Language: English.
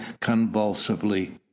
convulsively